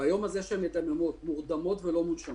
ביום הזה שהן מדממות, מורדמות ולא מונשמות,